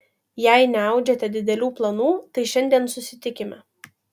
jei neaudžiate didelių planų tai šiandien susitikime